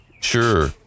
sure